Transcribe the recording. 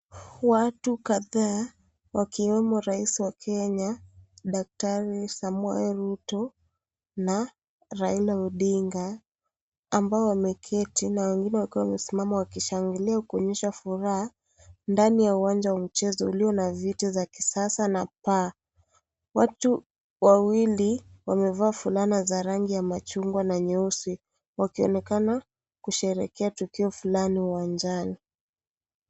Watu kadhaa wakiwemo Rais wa Kenya, Daktari Samoei Ruto na Raila odinga ambao wameketi na wengine wakiwa wamesimama wakishangilia kuonyesha furaha ndani ya uwanja wa michezo ulio na viti za kisasa na paa. Watu wawili wamevaa fulana za rangi ya machungwa na nyeusi wakionyesha tukio fulani uwanjani.